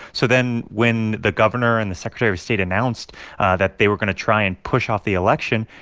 so then when the governor and the secretary of state announced that they were going to try and push off the election,